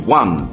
one